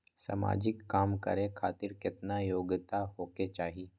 समाजिक काम करें खातिर केतना योग्यता होके चाही?